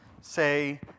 say